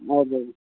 हजुर हजुर